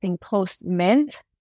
post-mint